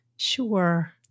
Sure